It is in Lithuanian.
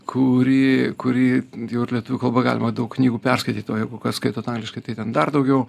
kurį kurį jau ir lietuvių kalba galima daug knygų perskaityt o jeigu kas skaito angliškai tai ten dar daugiau